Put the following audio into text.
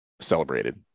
celebrated